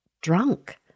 drunk